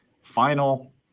final